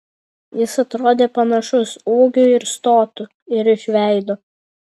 jis atrodė panašus ūgiu ir stotu ir iš veido